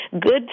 Good